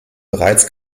bereits